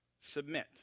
Submit